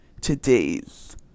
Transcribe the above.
today's